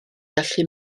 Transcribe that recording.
gallu